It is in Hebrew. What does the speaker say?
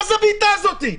מה זה הבעיטה הזאת?